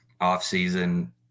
off-season